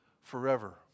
forever